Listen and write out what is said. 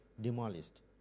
demolished